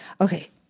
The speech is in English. Okay